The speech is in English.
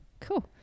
Cool